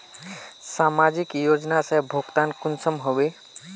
समाजिक योजना से भुगतान कुंसम होबे?